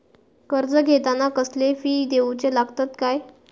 कर्ज घेताना कसले फी दिऊचे लागतत काय?